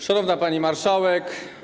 Szanowna Pani Marszałek!